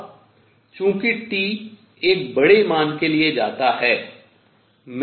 अब चूंकि T एक बड़े मान के लिए जाता है